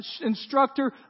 instructor